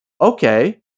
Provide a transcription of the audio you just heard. Okay